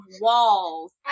walls